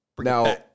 Now